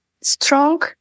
strong